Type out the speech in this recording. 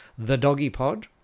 thedoggypod